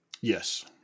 Yes